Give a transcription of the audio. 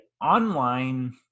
online